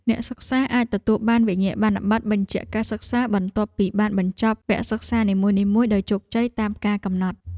អ្នកសិក្សាអាចទទួលបានវិញ្ញាបនបត្របញ្ជាក់ការសិក្សាបន្ទាប់ពីបានបញ្ចប់វគ្គសិក្សានីមួយៗដោយជោគជ័យតាមការកំណត់។